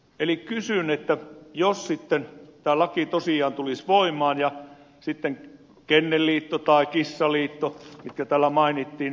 eli jos tämä laki tosiaan tulisi voimaan niin velvoittaisiko tämä toista osapuolta kennelliittoa tai kissaliittoa mitkä täällä mainittiin